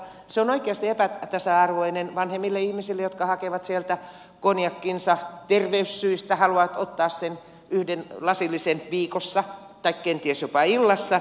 se on oikeasti epätasa arvoinen vanhemmille ihmisille jotka hakevat sieltä konjakkinsa terveyssyistä haluavat ottaa sen yhden lasillisen viikossa tai kenties jopa illassa